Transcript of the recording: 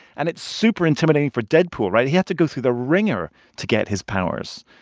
and it's super intimidating for deadpool, right? he had to go through the wringer to get his powers.